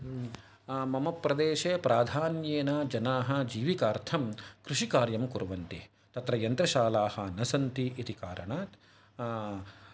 मम प्रदेशे प्राधान्येन जनाः जीविकार्थं कृषिकार्यं कुर्वन्ति तत्र यन्त्रशालाः न सन्ति इति कारणात्